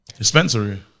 Dispensary